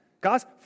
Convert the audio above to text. Guys